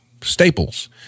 Staples